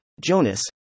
Jonas